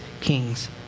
king's